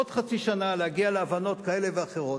עוד חצי שנה להגיע להבנות כאלה ואחרות?